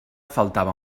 faltava